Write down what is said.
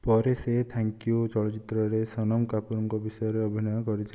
ପରେ ସେ 'thank you' ଚଳଚ୍ଚିତ୍ରରେ ସୋନମ କପୁରଙ୍କ ବିଷୟରେ ଅଭିନୟ କରିଥିଲେ